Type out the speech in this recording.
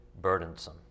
burdensome